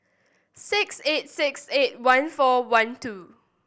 six eight six eight one four one two